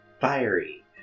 fiery